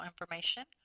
information